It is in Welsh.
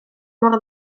mor